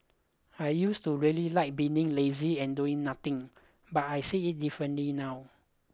I used to really like being lazy and doing nothing but I see it differently now